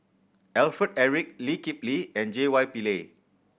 Alfred Eric Lee Kip Lee and J Y Pillay